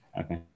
Okay